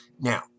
Now